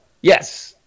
Yes